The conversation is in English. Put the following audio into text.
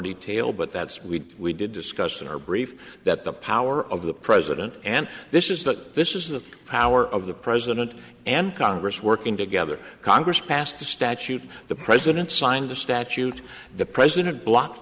detail but that's we we did discuss in our brief that the power of the president and this is that this is the power of the president and congress working together congress passed the statute the president signed the statute the president blocked